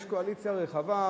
יש קואליציה רחבה,